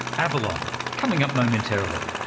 avalon coming up momentarily.